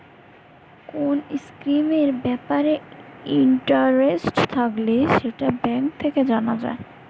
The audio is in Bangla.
কোন স্কিমের ব্যাপারে ইন্টারেস্ট থাকলে সেটা ব্যাঙ্ক থেকে জানা যায়